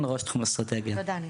הדין,